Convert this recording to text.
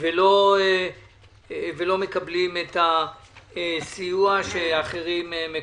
ולא מקבלים את הסיוע שמקבלים אחרים.